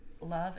love